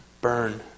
burn